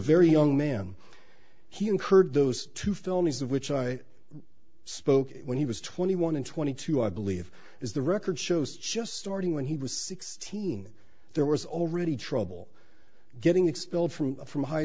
very young man he incurred those two felonies of which i spoke when he was twenty one and twenty two i believe is the record shows just starting when he was sixteen there was already trouble getting expelled from from high